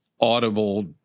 audible